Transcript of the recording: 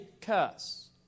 curse